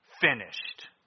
finished